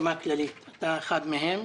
הסכמה כללית ואתה אחד מהם.